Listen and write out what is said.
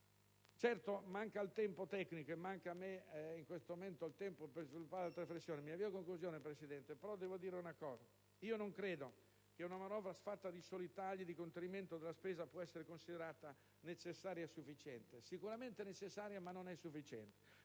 Certo, manca il tempo tecnico e manca a me in questo momento il tempo per sviluppare ulteriori riflessioni. Mi avvio alla conclusione, signora Presidente, però devo dire una cosa. Io non credo che una manovra fatta di soli tagli di contenimento della spesa possa essere considerata necessaria e sufficiente. Sicuramente è necessaria, ma non è sufficiente.